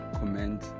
comment